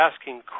asking